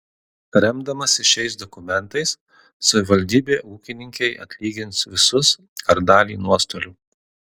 remdamasi šiais dokumentais savivaldybė ūkininkei atlygins visus ar dalį nuostolių